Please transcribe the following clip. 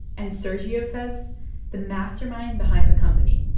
and sergio says the mastermind behind the company,